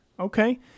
Okay